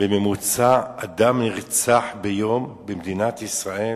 בממוצע אדם נרצח ביום במדינת ישראל.